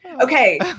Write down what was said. Okay